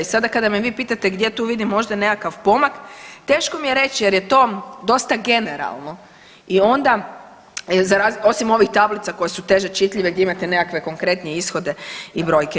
I sada kada me vi pitate gdje tu vidim možda nekakav pomak teško mi je reći jer je to dosta generalno i onda za razliku, osim ovih tablica koje su teže čitljive gdje imate nekakve konkretnije ishode i brojke.